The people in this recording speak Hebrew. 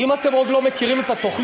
אם אתם עוד לא מכירים את התוכנית,